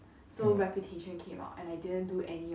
mm